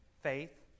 faith